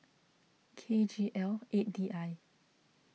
K G L eight D I